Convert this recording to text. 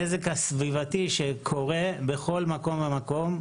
הנזק הסביבתי שקורה בכל מקום ומקום,